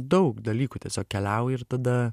daug dalykų tiesiog keliauji ir tada